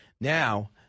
now